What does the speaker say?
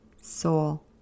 soul